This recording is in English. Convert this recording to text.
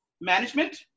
management